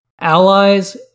Allies